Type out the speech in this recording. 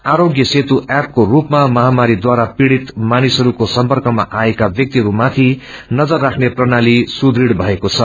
आरोग्य सेतू ऐपक्रो रूपमा महामारीद्वारा पीड़ित मानिसहरूको सर्म्फकमा आएका व्यक्तिहरू माथिनजर राख्ने प्रणाली सुदुङ भएको छ